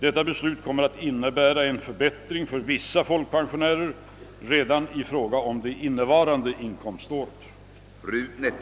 Detta beslut kommer att innebära en förbättring för vissa folkpensionärer redan i fråga om det innevarande inkomståret.